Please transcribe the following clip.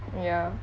ya